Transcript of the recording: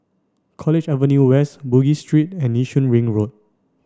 College Avenue West Bugis Street and Yishun Ring Road